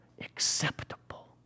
Acceptable